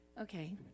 Okay